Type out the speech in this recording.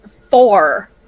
Four